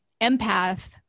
empath